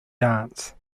dance